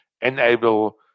enable